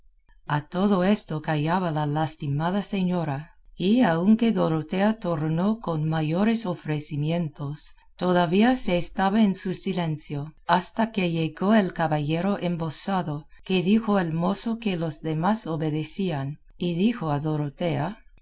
a todo esto callaba la lastimada señora y aunque dorotea tornó con mayores ofrecimientos todavía se estaba en su silencio hasta que llegó el caballero embozado que dijo el mozo que los demás obedecían y dijo a dorotea